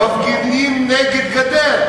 מפגינים נגד גדר.